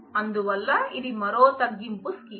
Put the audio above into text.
అందువల్ల ఇది మరో తగ్గింపు స్కీమా